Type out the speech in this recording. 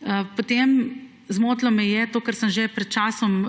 zakonu. Zmotilo me je, kar sem že pred časom